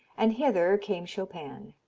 and hither came chopin,